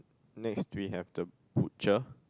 next we have the butcher